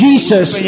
Jesus